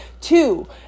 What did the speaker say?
Two